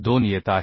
12 येत आहे